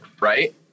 right